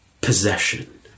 possession